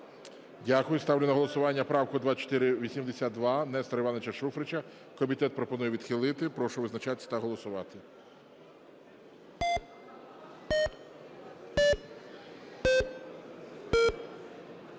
Дякую. Ставлю на голосування правку 2482, Нестора Івановича Шуфрича. Комітет пропонує відхилити. Прошу визначатись та голосувати.